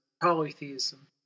polytheism